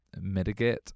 mitigate